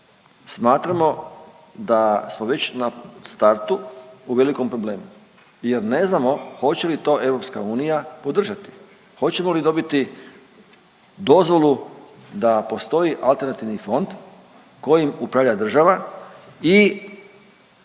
smatramo da smo već na startu u velikom problemu, jer ne znamo hoće li to Europska unija podržati, hoćemo li dobiti dozvolu da postoji alternativni fond kojim upravlja država i